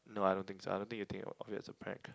no I don't think so I don't think you think of it as a prank